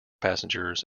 passengers